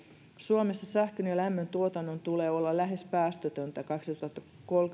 suomessa sähkön ja lämmön tuotannon tulee olla lähes päästötöntä kaksituhattakolmekymmentä